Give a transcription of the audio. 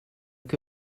que